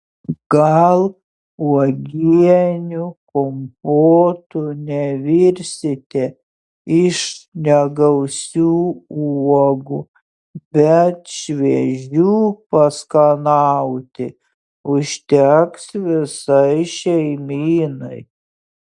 gal uogienių kompotų nevirsite iš negausių uogų bet šviežių paskanauti užteks visai šeimynai